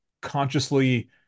consciously